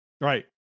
Right